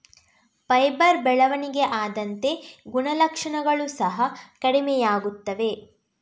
fibre ಬೆಳವಣಿಗೆ ಆದಂತೆ ಗುಣಲಕ್ಷಣಗಳು ಸಹ ಕಡಿಮೆಯಾಗುತ್ತವೆ